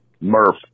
Murph